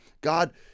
God